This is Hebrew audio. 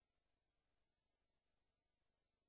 אנחנו דנו ביום שלישי במסגרת ועדת המעקב,